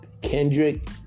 Kendrick